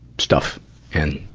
stuff in,